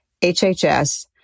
HHS